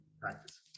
practice